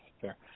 fair